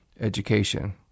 education